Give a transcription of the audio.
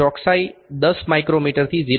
ચોક્સાઈ 10 માઇક્રોમીટરથી 0